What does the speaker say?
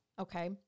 Okay